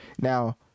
Now